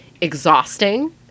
exhausting